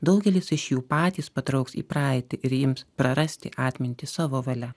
daugelis iš jų patys patrauks į praeitį ir ims prarasti atmintį savo valia